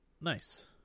Nice